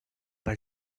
pas